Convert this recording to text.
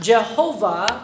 Jehovah